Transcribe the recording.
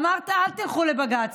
אמרת: אל תלכו לבג"ץ,